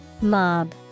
Mob